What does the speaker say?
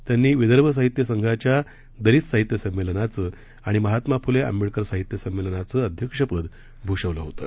त्यांनी विदर्भ साहित्य संघाच्या दलित साहित्य संमेलनाचं आणि महात्मा फुले आंबेडकर साहित्य संमेलनाचं अध्यक्ष पद भूषवल होतं